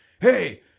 Hey